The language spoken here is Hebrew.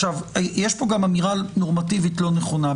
יש פה גם אמירה נורמטיבית לא נכונה.